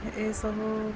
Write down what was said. ଏସବୁ